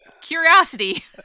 curiosity